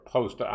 Post